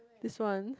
this one